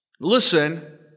Listen